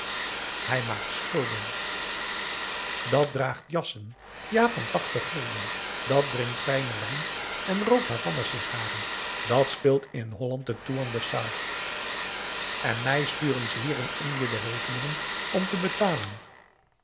hij maakt schulden dat draagt jassen ja van tachtig gulden dat drinkt fijnen wijn en rookt havanah sigaren dat speelt in holland den toean besar en mij sturen ze hier in indië de rekeningen om te betalen